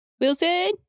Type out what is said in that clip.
Wilson